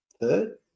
third